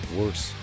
worse